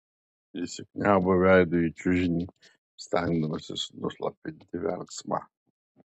įsikniaubiau veidu į čiužinį stengdamasis nuslopinti verksmą